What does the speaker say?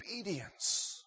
obedience